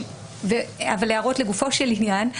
הערות לגופו של עניין.